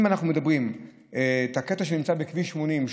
אם אנחנו מדברים על הקטע שנמצא בכביש 80,